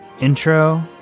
intro